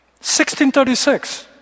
1636